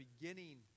beginning